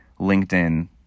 LinkedIn